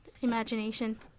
imagination